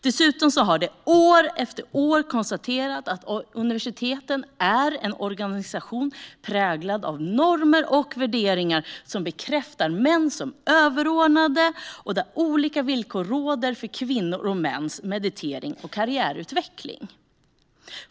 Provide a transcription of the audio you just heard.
Dessutom har det år efter år konstaterats att universiteten är en organisation präglad av normer och värderingar som bekräftar män som överordnade och där olika villkor råder för kvinnors och mäns meritering och karriärutveckling.